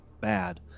bad